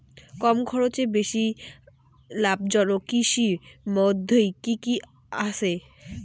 কম খরচে বেশি লাভজনক কৃষির মইধ্যে কি কি আসে?